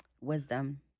Wisdom